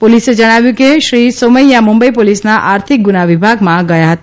પોલીસે ણાવ્યું કે શ્રી સોમૈયા મું ઇ પોલીસના આર્થિક ગુના વિભાગમાં ગયા હતા